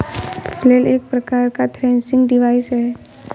flail एक प्रकार का थ्रेसिंग डिवाइस है